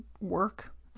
work